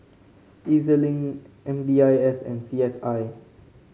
E Z Link M D I S and C S I